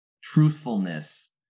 truthfulness